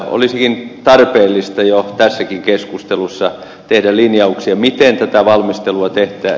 olisikin tarpeellista jo tässäkin keskustelussa tehdä linjauksia miten tätä valmistelua tehdään